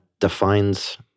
defines